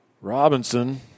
Robinson